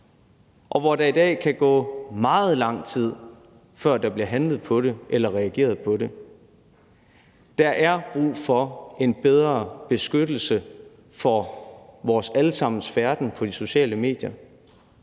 og hvor der i dag kan gå meget lang tid, før der bliver handlet på det eller reageret på det. Der er brug for en bedre beskyttelse af vores alle sammens færden på de sociale medier.